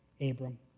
Abram